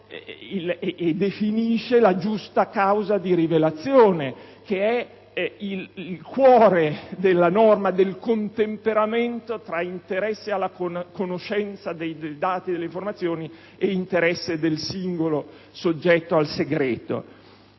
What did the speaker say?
diffusione; la giusta causa di rivelazione, che è il cuore della norma, del contemperamento tra interesse alla conoscenza delle informazioni e interesse del singolo soggetto al segreto.